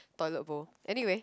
toilet bowl anyway